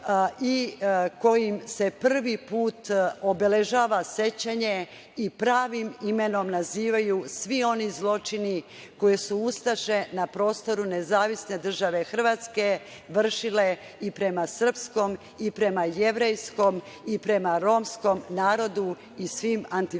i kojim se prvi put obeležava sećanje i pravim imenom nazivaju svi oni zločini koje su ustaše na prostoru NDH vršile i prema srpskom i prema jevrejskom i prema romskom narodu i svim antifašistima.